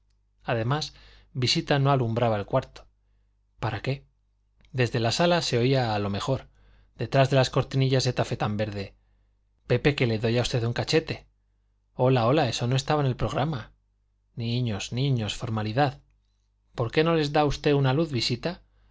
además visita no alumbraba el cuarto para qué desde la sala se oía a lo mejor detrás de las cortinillas de tafetán verde pepe que le doy a usted un cachete hola hola eso no estaba en el programa niños niños formalidad por qué no les da usted una luz visita